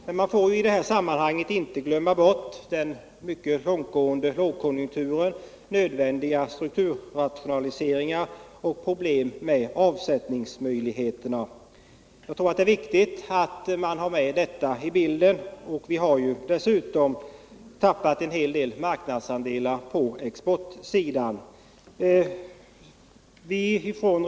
Men man får i sammanhanget inte glömma bort den mycket långtgående lågkonjunkturen, de nödvändiga strukturrationaliseringarna och avsättningsproblemen. Jag tror det är viktigt att ta med detta i bilden. Vi har tappat marknadsandelar på exportsidan.